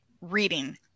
reading